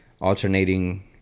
alternating